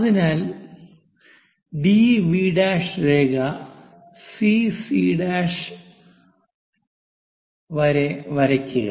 അതിനാൽ ഡിവി' രേഖ സിസി' വരെ വരയ്ക്കുക